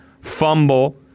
fumble